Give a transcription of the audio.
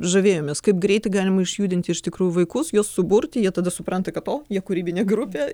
žavėjomės kaip greitai galima išjudinti iš tikrųjų vaikus juos suburti jie tada supranta kad o jie kūrybinė grupė